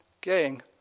Gang